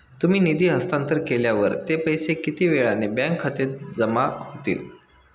तुम्ही निधी हस्तांतरण केल्यावर ते पैसे किती वेळाने बँक खात्यात जमा होतील?